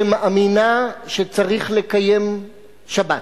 שמאמינה שצריך לקיים שבת,